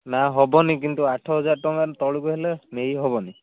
ନା ହେବନି କିନ୍ତୁ ଆଠ ହଜାର ଟଙ୍କା ତଳକୁ ହେଲେ ନେଇ ହବନି